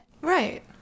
Right